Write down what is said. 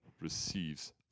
receives